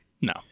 No